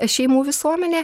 šeimų visuomenė